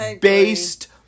based